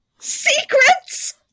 secrets